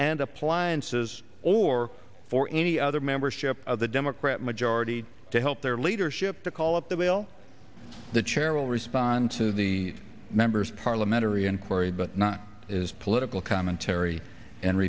and appliances or for any other membership of the democrat majority to help their leadership to call up the will the chair will respond to the members parliamentary inquiry but not as political commentary and